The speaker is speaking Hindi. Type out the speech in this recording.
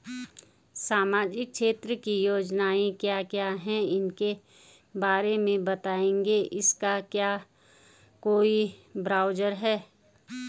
सामाजिक क्षेत्र की योजनाएँ क्या क्या हैं उसके बारे में बताएँगे इसका क्या कोई ब्राउज़र है?